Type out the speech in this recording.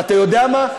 ואתה יודע מה?